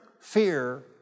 Fear